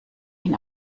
ihn